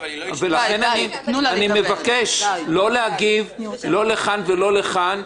אני מבקש לא להגיב לא לכאן ולא לכאן.